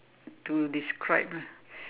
to describe ah